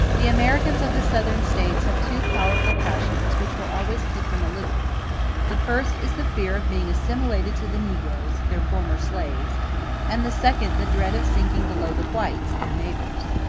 the americans of the southern states have two powerful passions which will always keep them aloof the first is the fear of being assimilated to the negroes, their former slaves and the second the dread of sinking below the whites, their neighbors.